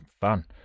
fun